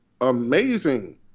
amazing